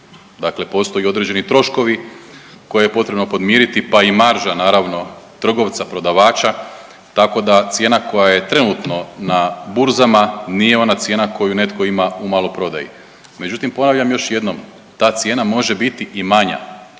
dakle postoje određeni troškovi koje je potrebno podmiriti, pa i marža naravno trgovca, prodavača, tako da cijena koja je trenutno na burzama nije ona cijena koju netko ima u maloprodaji. Međutim ponavljam još jednom, ta cijena može biti i manja